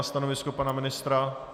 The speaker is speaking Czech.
Stanovisko pana ministra?